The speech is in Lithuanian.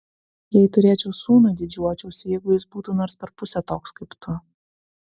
jei turėčiau sūnų didžiuočiausi jeigu jis būtų nors per pusę toks kaip tu